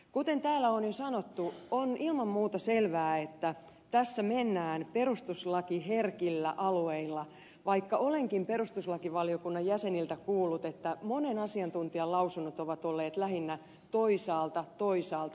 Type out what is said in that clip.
kuten täällä on jo sanottu on ilman muuta selvää että tässä mennään perustuslakiherkillä alueilla vaikka olenkin perustuslakivaliokunnan jäseniltä kuullut että monen asiantuntijan lausunnot ovat olleet lähinnä toisaalta toisaalta henkisiä